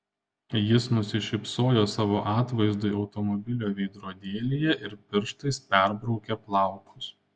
jis nusišypsojo savo atvaizdui automobilio veidrodėlyje ir pirštais perbraukė plaukus